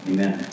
Amen